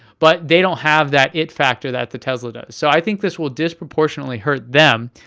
but they don't have that it factor that the tesla does. so i think this will disproportionately hurt them,